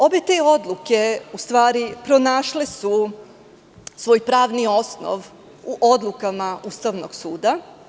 Obe te odluke su pronašle svoj pravni osnov u odlukama Ustavnog suda.